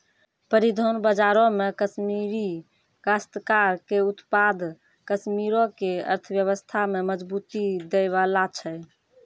परिधान बजारो मे कश्मीरी काश्तकार के उत्पाद कश्मीरो के अर्थव्यवस्था में मजबूती दै बाला छै